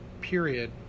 period